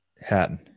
Hatton